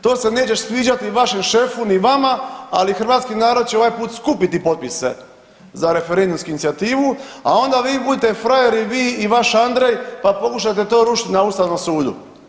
To se neće sviđati ni vašem šefu, ni vama ali hrvatski narod će ovaj put skupiti potpise za referendumsku inicijativu, a onda vi budite frajeri i vi i vaš Andrej pa pokušajte to rušiti na Ustavnom sudu.